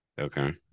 Okay